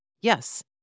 Yes